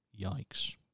Yikes